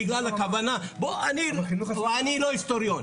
בגלל הכוונה --- בחינוך --- אני לא היסטוריון.